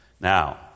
Now